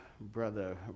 Brother